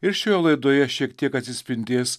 ir šioje laidoje šiek tiek atsispindės